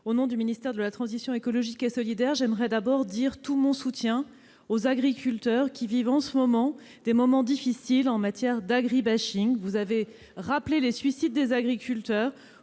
sénateur Daniel Laurent, au nom de mon ministère, j'aimerais d'abord dire tout mon soutien aux agriculteurs qui vivent en ce moment des moments difficiles en matière d'agri-bashing. Vous avez rappelé les suicides des agriculteurs.